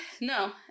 No